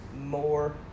more